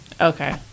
Okay